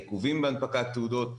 העיכובים בהנפקת תעודות,